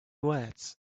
wet